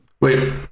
wait